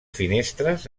finestres